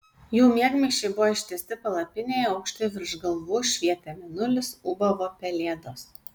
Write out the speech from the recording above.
jų miegmaišiai buvo ištiesti palapinėje aukštai virš galvų švietė mėnulis ūbavo pelėdos